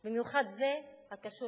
במיוחד זה הקשור לסכסוך,